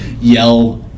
yell